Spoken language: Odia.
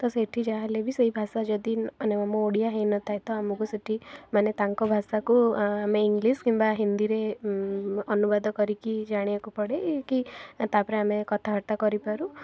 ତ ସେଇଠି ଯାହାହେଲେ ବି ସେଇ ଭାଷା ଯଦି ମାନେ ମୋ ଓଡ଼ିଆ ହେଇନଥାଏ ତ ଆମକୁ ସେଠି ମାନେ ତାଙ୍କ ଭାଷାକୁ ଆମେ ଇଂଲିଶ କିମ୍ବା ହିନ୍ଦୀରେ ଅନୁବାଦ କରିକି ଜାଣିବାକୁ ପଡ଼େ କି ତା'ପରେ ଆମେ କଥାବାର୍ତ୍ତା କରିପାରୁ